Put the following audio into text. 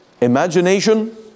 imagination